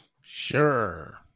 Sure